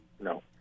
No